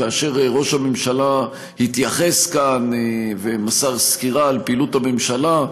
כאשר ראש הממשלה התייחס כאן ומסר סקירה על פעילות הממשלה,